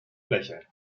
lächeln